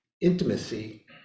intimacy